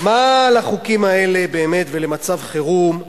מה לחוקים האלה באמת ולמצב חירום?